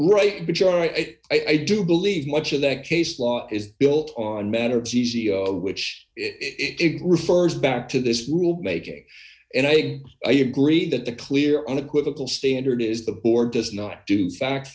right but you're right i do believe much of that case law is built on matter which it refers back to this rule making and i say i agree that the clear unequivocal standard is the board does not do fact